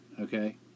Okay